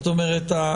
את אומרת,